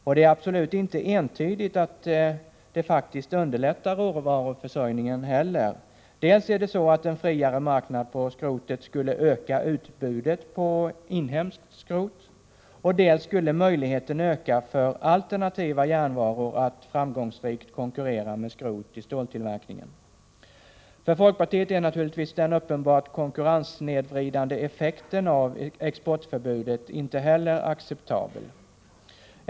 Och det är absolut inte entydigt att förbudet faktiskt underlättar råvaruförsörjningen. Dels skulle en friare marknad för skrotet öka utbudet av inhemskt skrot, dels skulle möjligheten öka för alternativa järnvaror att framgångsrikt konkurrera med skrot i ståltillverkningen. För folkpartiet är naturligtvis den uppenbart konkurrenssnedvridande effekten av exportförbudet inte heller acceptabel.